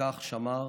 וכך שמר